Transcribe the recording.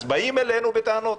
אז באים אלינו בטענות.